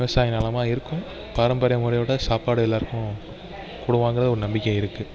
விவசாய நிலமா இருக்கும் பாரம்பரிய முறையில்தான் சாப்பாடு எல்லாருக்கும் கொடுப்பாங்கங்குற ஒரு நம்பிக்கை இருக்குது